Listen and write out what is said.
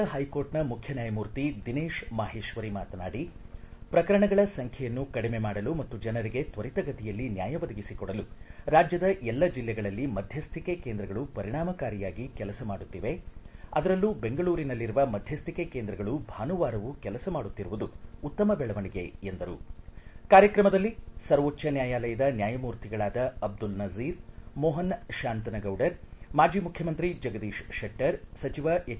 ರಾಜ್ವ ಹೈಕೋರ್ಟ್ನ ಮುಖ್ಯ ನ್ಹಾಯಮೂರ್ತಿ ದಿನೇಶ್ ಮಹೇಶ್ವರಿ ಮಾತನಾಡಿ ಶ್ರಕರಣಗಳ ಸಂಖ್ವೆಯನ್ನು ಕಡಿಮೆ ಮಾಡಲು ಮತ್ತು ಜನರಿಗೆ ತ್ವರಿತಗತಿಯಲ್ಲಿ ನ್ನಾಯ ಒದಗಿಸಿಕೊಡಲು ರಾಜ್ದದ ಎಲ್ಲ ಜಿಲ್ಲೆಗಳಲ್ಲಿ ಮಧ್ಯುಕೆ ಕೇಂದ್ರಗಳು ಪರಿಣಾಮಕಾರಿಯಾಗಿ ಕೆಲಸ ಮಾಡುತ್ತಿವೆ ಅದರಲ್ಲೂ ಬೆಂಗಳೂರಿನಲ್ಲಿರುವ ಮಧ್ಯಸ್ಥಿಕೆ ಕೇಂದ್ರಗಳು ಭಾನುವಾರವೂ ಕೆಲಸ ಮಾಡುತ್ತಿರುವುದು ಉತ್ತಮ ನ್ನಾಯಮೂರ್ತಿಗಳಾದ ಅಬ್ದುಲ್ ನಜೀರ್ ಮೋಹನ ಶಾಂತನಗೌಡರ್ ಮಾಜಿ ಮುಖ್ಯಮಂತ್ರಿ ಜಗದೀಶ್ ಶೆಟ್ಟರ್ ಸಚಿವ ಹೆಚ್